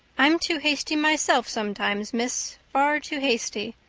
i'm too hasty myself sometimes, miss. far too hasty.